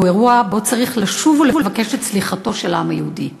זהו אירוע שבו צריך לשוב ולבקש את סליחתו של העם היהודי שנטבח,